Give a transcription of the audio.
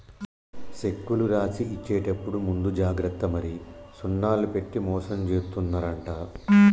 సెక్కులు రాసి ఇచ్చేప్పుడు ముందు జాగ్రత్త మరి సున్నాలు పెట్టి మోసం జేత్తున్నరంట